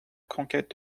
conquête